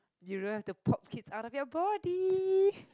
you don't have to pop kids out of your body